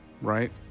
right